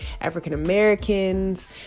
African-Americans